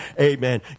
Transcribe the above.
amen